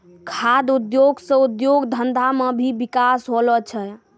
खाद्य उद्योग से उद्योग धंधा मे भी बिकास होलो छै